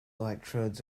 electrodes